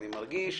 אמרתי לך: